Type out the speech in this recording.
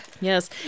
yes